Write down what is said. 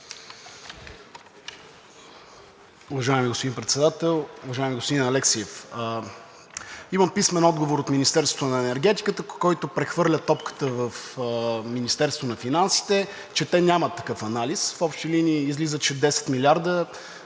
Уважаеми господин Председател, уважаеми господин Алексиев! Има писмен отговор от Министерството на енергетиката, който прехвърля топката в Министерството на финансите, че те нямат такъв анализ. В общи линии излиза, че платихме 10 милиарда,